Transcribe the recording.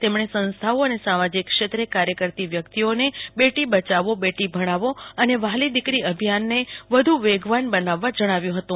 તેમણે સંસ્થા અને સામાજિક ક્ષેત્રે કાર્ય કરતી વ્યક્તિઓને બેટી બચાવો બેટી ભણાવો અને વ્હાલી દિકરી અભિયાનીને વધુ વેગવાન બનાવવા જણાવ્યું હતું